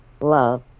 love